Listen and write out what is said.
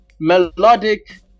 melodic